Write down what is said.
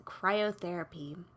cryotherapy